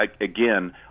Again